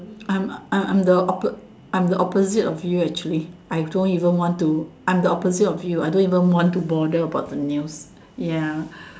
I'm I'm I'm the op~ I'm the opposite of you actually I don't even to I'm the opposite of you I don't even want to bother about the news ya